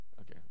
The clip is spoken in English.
Okay